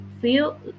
feel